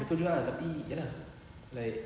betul juga ah tapi ya lah like